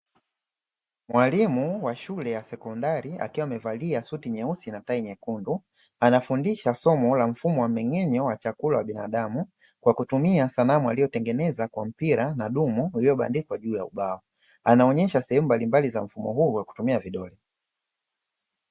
Mwalimu wa shule ya sekondari akiwa amevalia suti nyeusi na tai nyekundu, anafundisha somo la mfumo wa mmeng'enyo wa chakula wa binadamu kwa kutumia sanamu waliotengeneza kwa mpira na dumu iliyobandikwa juu ya ubao. Anaonyesha sehemu mbalimbali za mfumo huu wa kutumia vidole.